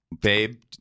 Babe